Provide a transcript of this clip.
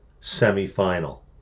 semi-final